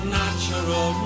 natural